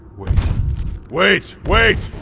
wait wait. wait!